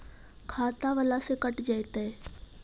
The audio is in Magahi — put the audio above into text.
खाता बाला से कट जयतैय?